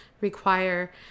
require